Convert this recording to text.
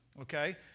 okay